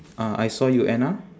uh I saw you anna